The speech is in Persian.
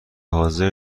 حاضر